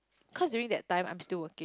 cause during that time I'm still working